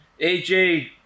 AJ